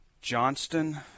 johnston